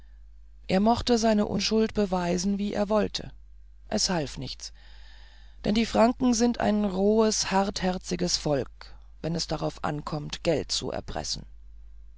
er mochte seine unschuld beweisen wie er wollte es half nichts denn die franken sind ein rohes hartherziges volk wenn es darauf ankommt geld zu erpressen